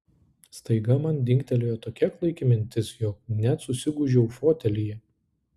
staiga man dingtelėjo tokia klaiki mintis jog net susigūžiau fotelyje